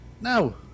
no